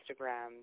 Instagram